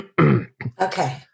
Okay